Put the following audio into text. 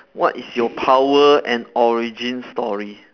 what is your power and origin story